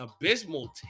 abysmal